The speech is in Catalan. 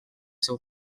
seu